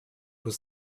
was